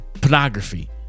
pornography